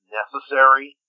necessary